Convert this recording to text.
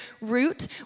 root